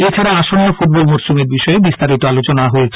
এছাড়া আসন্ন ফুটবল মরশুমের বিষয়ে বিস্তারিত আলোচনা হয়েছে